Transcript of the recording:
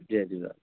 Jay Jhulelal